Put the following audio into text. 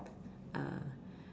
ah